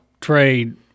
trade